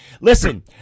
Listen